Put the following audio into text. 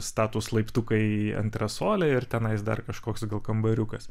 statūs laiptukai į antresolę ir tenai dar kažkoks gal kambariukas